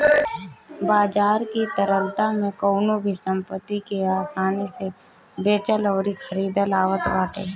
बाजार की तरलता में कवनो भी संपत्ति के आसानी से बेचल अउरी खरीदल आवत बाटे